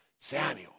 Samuel